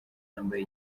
yambaye